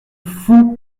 fou